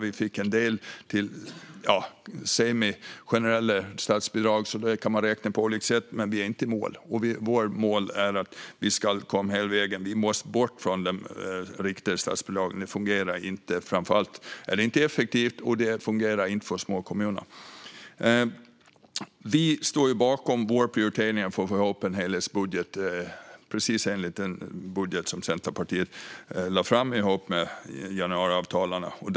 Vi fick en del semigenerella statsbidrag. Detta kan man räkna på olika sätt. Men vi är inte i mål. Vårt mål är att vi ska komma bort från de riktade statsbidragen. De fungerar inte. Framför allt är de inte effektiva och fungerar inte för småkommunerna. Vi står bakom våra prioriteringar för att få ihop en helhetsbudget precis enligt den budget som Centerpartiet lade fram tillsammans med de övriga partierna som står bakom januariavtalet.